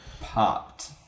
popped